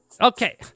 Okay